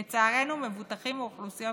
לצערנו, מבוטחים מאוכלוסיות